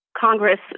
Congress